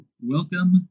welcome